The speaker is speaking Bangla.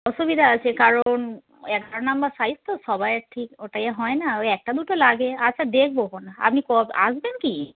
অসুবিধা আছে কারণ এগারো নাম্বার সাইজ তো সবাইয়ের ঠিক ওটা এ হয় না ওই একটা দুটো লাগে আচ্ছা দেখবখন আপনি ক আসবেন কি